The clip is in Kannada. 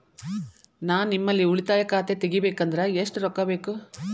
ನಾ ನಿಮ್ಮಲ್ಲಿ ಉಳಿತಾಯ ಖಾತೆ ತೆಗಿಬೇಕಂದ್ರ ಎಷ್ಟು ರೊಕ್ಕ ಬೇಕು?